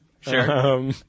Sure